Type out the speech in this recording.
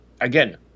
again